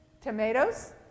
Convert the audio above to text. tomatoes